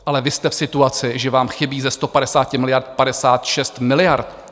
Ale vy jste v situaci, že vám chybí ze 150 miliard 56 miliard.